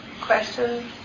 questions